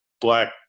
black